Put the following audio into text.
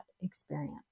experience